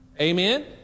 Amen